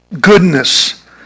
goodness